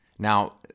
Now